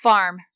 Farm